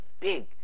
big